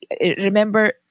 Remember